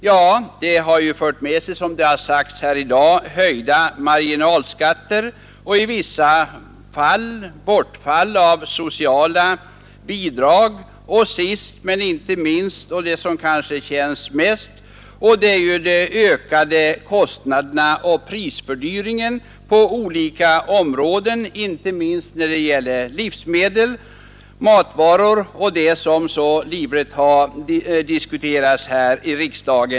Jo, de har fört med sig, som det har sagts här i dag, höjda marginalskatter, i vissa fall förlust av sociala bidrag och slutligen det som kanske känns mest, nämligen ökade kostnader och högre priser på allting, inte minst matvaror.